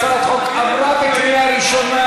הצעת החוק עברה בקריאה ראשונה,